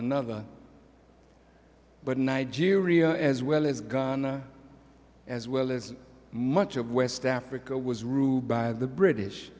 another but in nigeria as well as guyana as well as much of west africa was ruled by the british